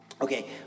okay